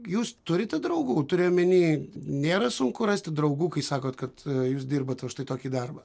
jūs turite draugų turiu omeny nėra sunku rasti draugų kai sakot kad jūs dirbat va štai tokį darbą